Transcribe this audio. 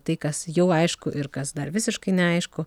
tai kas jau aišku ir kas dar visiškai neaišku